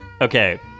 Okay